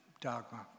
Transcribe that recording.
dogma